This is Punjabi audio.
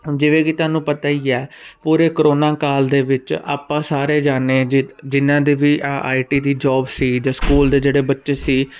ਜਿਵੇਂ ਕਿ ਤੁਹਾਨੂੰ ਪਤਾ ਹੀ ਹੈ ਪੂਰੇ ਕਰੋਨਾ ਕਾਲ ਦੇ ਵਿੱਚ ਆਪਾਂ ਸਾਰੇ ਜਾਨੇ ਜਿਨਾਂ ਦੇ ਵੀ ਆਈਟੀ ਦੀ ਜੋਬ ਸੀ ਜਾਂ ਸਕੂਲ ਦੇ ਜਿਹੜੇ ਬੱਚੇ ਸੀ